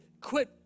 quit